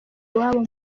iwabo